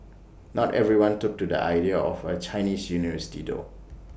not everyone took to the idea of A Chinese university though